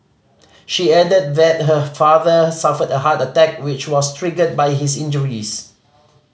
she added that her father suffered a heart attack which was triggered by his injuries